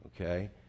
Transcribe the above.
okay